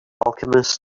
alchemist